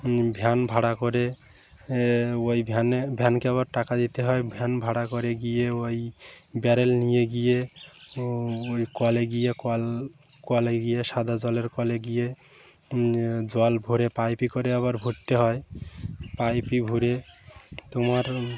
van ভাড়া করে ওই ভ্যানে ভ্যানকে আবার টাকা দিতে হয় ভ্যান ভাড়া করে গিয়ে ওই ব্যারেল নিয়ে গিয়ে ওই কলে গিয়ে কল কলে গিয়ে সাদা জলের কলে গিয়ে জল ভরে পাইপে করে আবার ভরতে হয় পাইপে ভরে তোমার